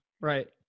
right